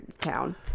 town